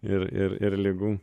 ir ir ir ligų